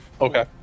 Okay